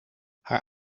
haar